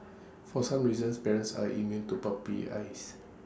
for some reasons parents are immune to puppy eyes